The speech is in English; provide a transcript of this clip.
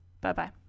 Bye-bye